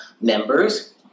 Members